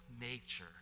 nature